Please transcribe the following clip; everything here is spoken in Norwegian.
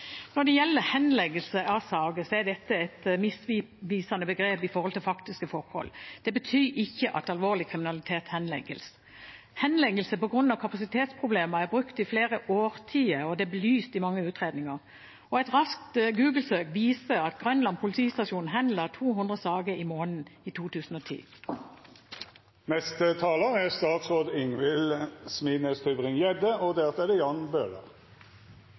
Når det gjelder henleggelse av saker, er dette et misvisende begrep med hensyn til faktiske forhold. Det betyr ikke at alvorlig kriminalitet henlegges. Henleggelse på grunn av kapasitetsproblemer er brukt i flere årtier, og det er belyst i mange utredninger. Et raskt Google-søk viser at Grønland politistasjon henla 200 saker i måneden i